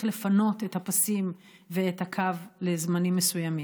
לפנות את הפסים ואת הקו לזמנים מסוימים.